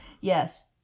Yes